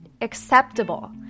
acceptable